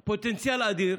עם פוטנציאל אדיר.